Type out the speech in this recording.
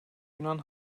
yunan